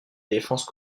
défense